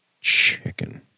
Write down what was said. chicken